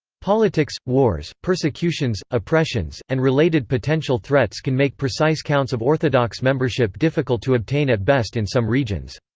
politics, wars, persecutions, oppressions, and related potential threats can make precise counts of orthodox membership difficult to obtain at best in some regions.